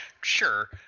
sure